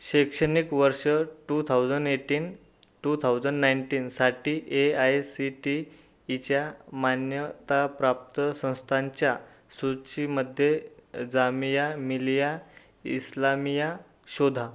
शैक्षणिक वर्ष two thousand eighteen two thousand नायनटीनसाठी ए आय सी टी ईच्या मान्यताप्राप्त संस्थांच्या सूचीमध्ये जामिया मिलिया इस्लामिया शोधा